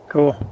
Cool